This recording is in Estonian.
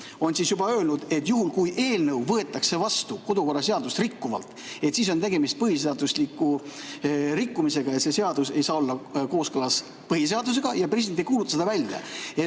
president on öelnud, et juhul kui eelnõu võetakse vastu kodukorraseadust rikkuvalt, siis on tegemist põhi[seaduse] rikkumisega ja see seadus ei saa olla kooskõlas põhiseadusega ja president ei kuuluta seda välja.